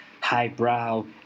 highbrow